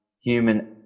human